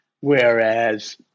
whereas